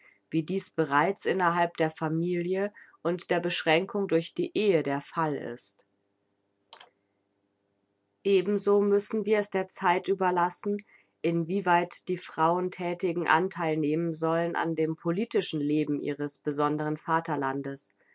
wie dies bereits innerhalb der familie und der beschränkung durch die ehe der fall ist ebenso müssen wir es der zeit überlassen in wie weit die frauen thätigen antheil nehmen sollen an dem politischen leben ihres besondren vaterlandes